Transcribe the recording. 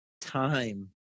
time